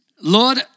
Lord